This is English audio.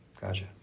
gotcha